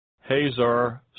Hazar